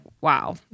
wow